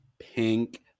pink